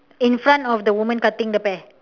in front of the woman cutting the pear